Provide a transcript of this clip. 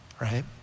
Right